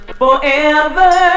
forever